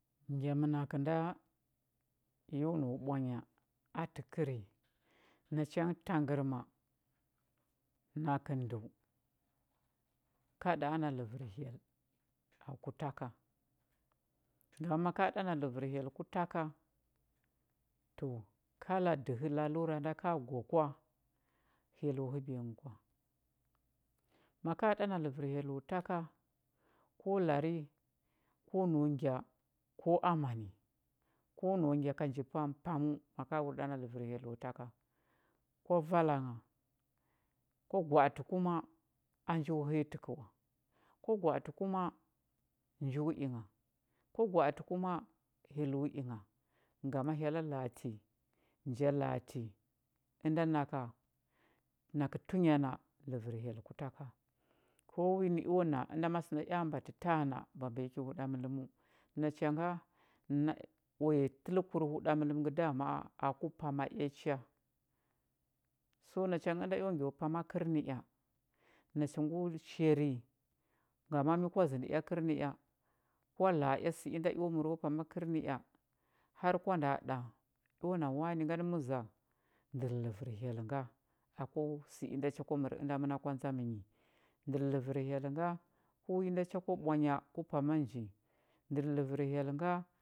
Ngya mənakə nda yo nau ɓwanya təkəri nacha ngə tangərma nakə ndəu ka ɗa an ləvər hyell aku ta ka ngama maka na ləvər hyell ku ta ka to kala dəhə lalura nda ka gwa kwa hyello həbiya nghə kwa maka ɗa na ləvər hyello ta ka ko lari ko nau ngya ko amani ko nau ngya ka nji pampaməu maka wur ɗa na ləvər hyello ta ka kwa vala ngha kwa gwa atə kuma a njo həyatə kə wa kwa gwa atə kuma njo i ngha kwa gwa atə kuma hyello i ngha ngama hyella la ati nja la ati ənda naka nakə tunya na ləvər hyell ku ta ka ko wi nə eo na ənda ma sə nda ea mbatə taana mbambanyi ki huɗamələməu nacha nga nae uya təlkur huɗamələm ngə da ma a aku pama ea cha so nacha ngə ənda eo ngyo pama kərnəea nacha ngo chari ngama mya kwa zəndə ea kərnəea kwa la a ea sə inda eo məro pama kərnəea har kwa nda ɗa eo na wani ngani məza ndər luvər hyell nga aku sə inda cha kwa məra ku ənda məna kwa ndzam nyi ndər ləvər hyell nga ko wi nda cha kwa ɓwanya ku pama nji ndər ləvər hyel nga